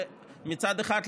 מצד אחד,